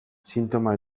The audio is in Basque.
sintoma